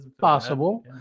possible